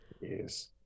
yes